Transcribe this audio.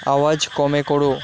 আওয়াজ কমে কোরো